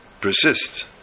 persist